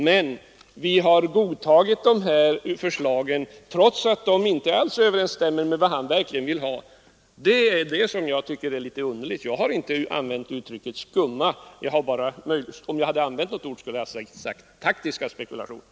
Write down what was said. Men man har godtagit dessa förslag trots att de inte alls överensstämmer med vad man verkligen vill ha. Det är detta som jag tycker är litet underligt. Jag har inte använt ordet skumma — om jag skulle ha använt något uttryck i detta sammanhang hade jag sagt taktiska spekulationer.